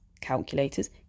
calculators